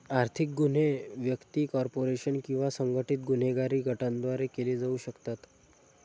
आर्थिक गुन्हे व्यक्ती, कॉर्पोरेशन किंवा संघटित गुन्हेगारी गटांद्वारे केले जाऊ शकतात